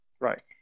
Right